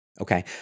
Okay